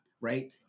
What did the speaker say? right